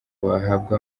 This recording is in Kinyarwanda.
bahabwa